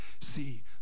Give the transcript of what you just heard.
see